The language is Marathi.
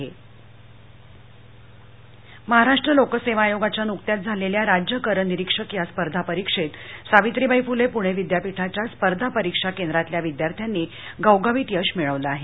स्पर्धा परीक्षा महाराष्ट्र लोकसेवा आयोगाच्या नुकत्याच झालेल्या राज्य कर निरीक्षक या स्पर्धा परीक्षेत सावित्रीबाई फुले पुणे विद्यापीठाच्या स्पर्धा परीक्षा केंद्रातल्या विद्यार्थ्यांनी घवघवीत यश मिळवलं आहे